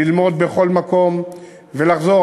ללמוד בכל מקום ולחזור.